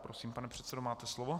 Prosím, pane předsedo, máte slovo.